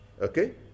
okay